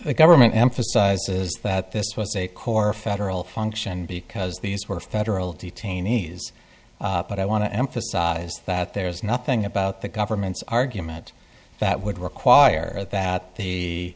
the government emphasizes that this was a core federal function because these were federal detainees but i want to emphasize that there is nothing about the government's argument that would require that the